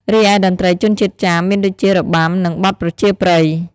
រីឯតន្ត្រីជនជាតិចាមមានដូចជារបាំ និងបទប្រជាប្រិយ។